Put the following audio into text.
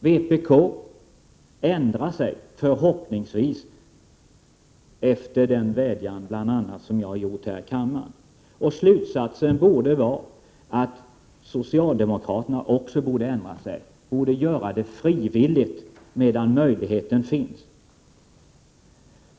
Vpk ändrar sig förhoppningsvis efter bl.a. den vädjan som jag har gjort här i kammaren. Slutsatsen borde vara att socialdemokraterna också borde ändra sig — och göra det frivilligt medan möjligheten finns.